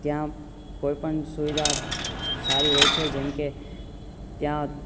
ત્યાં કોઈપણ સુવિધા સારી હોય છે જેમકે ત્યાં